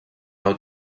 nou